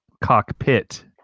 cockpit